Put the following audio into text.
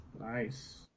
Nice